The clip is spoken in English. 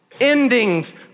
endings